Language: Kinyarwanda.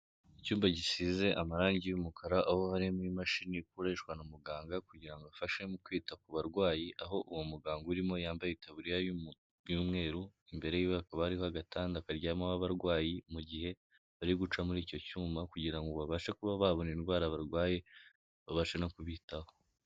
Icyumba gisize amarangi y'umukara aho harimo imashini ikoreshwa na muganga kugira afashe mu kwita ku barwayi, aho uwo muganga urimo yambaye itaburiya y'umweru, imbere yiwe hakaba hariho agatanda karyamaho abarwayi mu gihe bari guca muri icyo cyuma, kugira ngo babashe kuba babona indwara barwaye babashe no kubitaho.